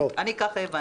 ככה הבנתי.